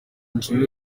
rishinzwe